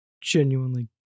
genuinely